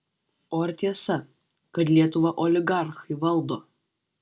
o ar tiesa kad lietuvą oligarchai valdo